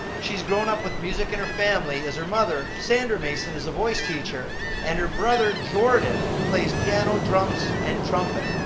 she's grown up with music in her family, as her mother, sandra mason, is a voice teacher and her brother jordan plays piano, drums, and trumpet.